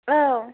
औ